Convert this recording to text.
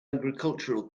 agricultural